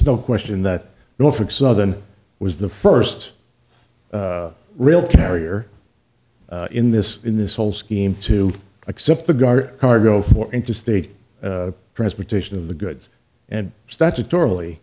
no question that norfolk southern was the first real carrier in this in this whole scheme to accept the gaar cargo for interstate transportation of the goods and statutor